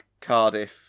Cardiff